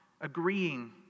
agreeing